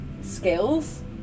skills